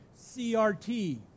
CRT